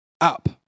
up